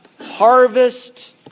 harvest